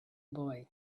boy